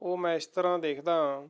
ਉਹ ਮੈਂ ਇਸ ਤਰ੍ਹਾਂ ਦੇਖਦਾਂ